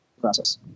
process